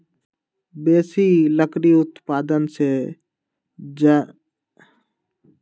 बेशी लकड़ी उत्पादन से जङगल आऽ जङ्गल के जिउ सभके उपर खड़ाप प्रभाव पड़इ छै